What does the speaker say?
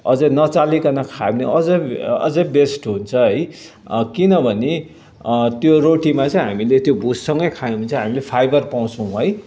अझ नचालीकन खायो भने अझ अझ बेस्ट हुन्छ है किनभने त्यो रोटीमा चाहिँ हामीले त्यो भुससँगै खायौँ भने चाहिँ हामीले त्यो फाइबर पाउँछौँ है